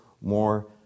more